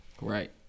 Right